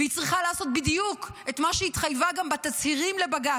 והיא צריכה לעשות בדיוק את מה שהיא התחייבה גם בתצהירים לבג"ץ,